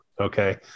okay